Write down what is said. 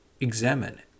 Examine